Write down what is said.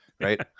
right